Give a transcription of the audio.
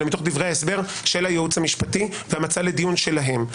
אלא מתוך דברי ההסבר של הייעוץ המשפטי והמצע לדיון שלהם.